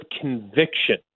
conviction